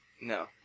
No